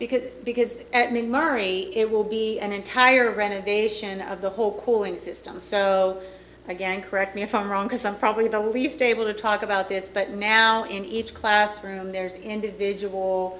because because i mean mari it will be an entire renovation of the whole cooling system so again correct me if i'm wrong because i'm probably the least able to talk about this but now in each classroom there's individual